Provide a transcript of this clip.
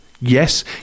Yes